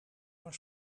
naar